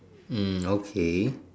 hmm okay